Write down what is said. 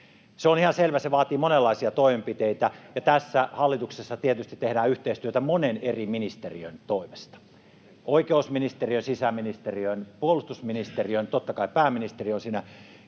se on ihan selvä. Se vaatii monenlaisia toimenpiteitä, ja tässä hallituksessa tietysti tehdään yhteistyötä monen eri ministeriön toimesta, oikeusministeriön, sisäministeriön, puolustusministeriön, maa- ja metsätalousministeriön kanssa,